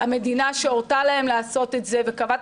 המדינה שהורתה להם לעשות את זה וקבעה